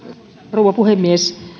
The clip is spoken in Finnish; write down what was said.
rouva puhemies